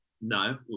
no